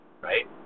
right